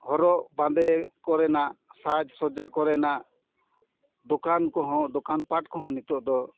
ᱦᱚᱨᱚᱜ ᱵᱟᱸᱫᱮ ᱠᱚᱨᱮᱱᱟᱜ ᱥᱟᱡᱽ ᱥᱚᱡᱟ ᱠᱚᱨᱮᱱᱟᱜ ᱫᱚᱠᱟᱱ ᱠᱚᱦᱚᱸ ᱫᱚᱠᱟᱱ ᱯᱟᱴ ᱠᱚᱦᱚᱸ ᱱᱤᱛᱳᱜ ᱫᱚ